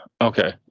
okay